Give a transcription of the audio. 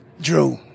Drew